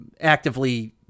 actively